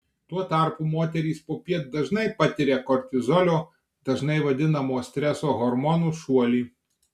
tuo tarpu moterys popiet dažnai patiria kortizolio dažnai vadinamo streso hormonu šuolį